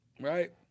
right